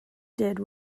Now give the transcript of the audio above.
did